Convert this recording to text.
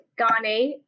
Ghani